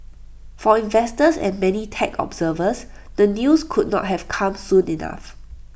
for investors and many tech observers the news could not have come soon enough